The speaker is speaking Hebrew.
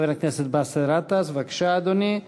חבר הכנסת באסל גטאס, בבקשה, אדוני.